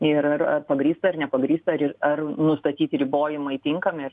ir ar pagrįsta ar nepagrįsta ir ar nustatyti ribojimai tinkami ar